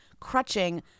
crutching